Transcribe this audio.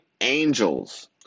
Angels